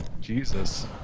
Jesus